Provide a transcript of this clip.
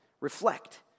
reflect